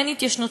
אין התיישנות,